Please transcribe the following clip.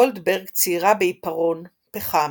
גולדברג ציירה בעיפרון, פחם,